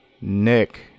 Nick